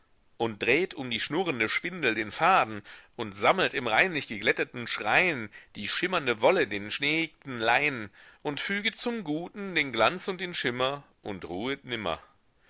und dreht um die schnurrende spindel den faden und sammelt im reinlich geglätteten schrein die schimmernde wolle den schneeigten lein und füget zum guten den glanz und den schimmer und ruhet nimmer